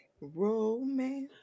romance